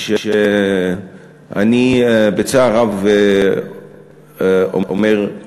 ושאני בצער רב אומר,